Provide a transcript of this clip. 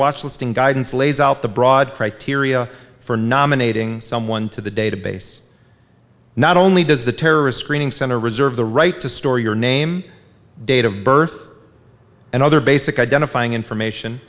watch listing guidance lays out the broad criteria for nominating someone to the database not only does the terrorist screening center reserve the right to store your name date of birth and other basic identifying information